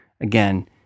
Again